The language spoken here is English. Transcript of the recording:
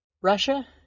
Russia